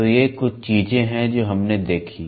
तो ये कुछ चीजें हैं जो हमने देखीं